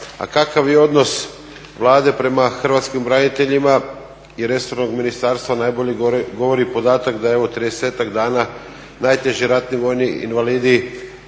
hvala vam